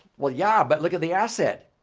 well, yeah. but look at the asset.